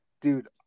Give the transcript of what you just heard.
dude